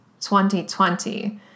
2020